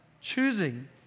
choosing